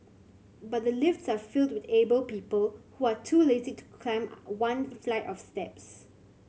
but the lifts are filled with able people who are too lazy to climb one flight of steps